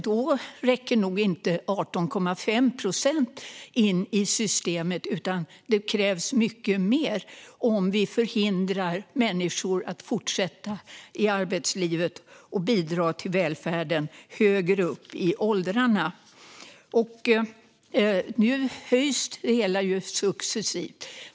Då räcker nog inte 18,5 procent in i systemet, utan det krävs mycket mer om vi förhindrar människor att fortsätta i arbetslivet och bidra till välfärden högre upp i åldrarna. Nu höjs det hela ju successivt.